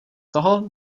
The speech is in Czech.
toho